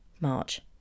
March